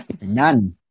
None